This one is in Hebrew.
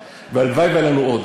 והלוואי שהיו לנו עוד,